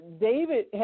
David